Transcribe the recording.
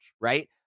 right